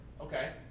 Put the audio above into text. Okay